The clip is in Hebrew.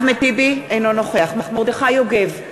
אינו נוכח מרדכי יוגב,